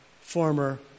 former